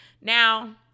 Now